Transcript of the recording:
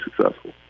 successful